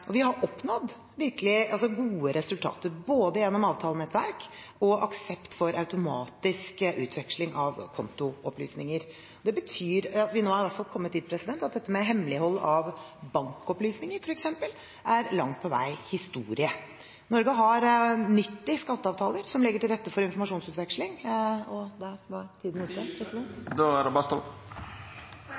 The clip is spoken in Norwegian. Og vi har oppnådd gode resultater, både gjennom avtalenettverk og aksept for automatisk utveksling av kontoopplysninger. Det betyr at vi nå i hvert fall har kommet dit at dette med hemmelighold av bankopplysninger, f.eks., langt på vei er historie. Norge har 90 skatteavtaler som legger til rette for informasjonsutveksling… og der var tiden ute.